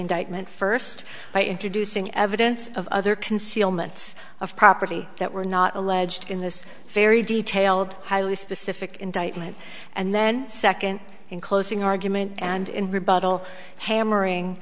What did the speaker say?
indictment first by introducing evidence of other concealment of property that were not alleged in this very detailed highly specific indictment and then second in closing argument and in rebuttal hammering